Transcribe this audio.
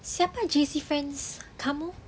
siapa J_C friends kamu